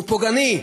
הוא פוגעני.